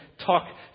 talk